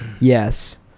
yes